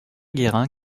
guérin